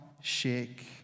shake